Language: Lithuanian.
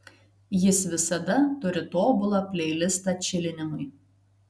jis visada turi tobulą pleilistą čilinimui